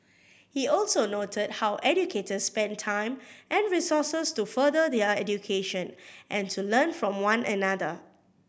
he also noted how educators spend time and resources to further their education and to learn from one another